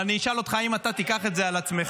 אבל אני אשאל אותך אם אתה תיקח את זה על עצמך.